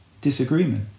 disagreement